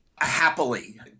Happily